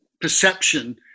perception